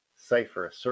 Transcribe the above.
cipher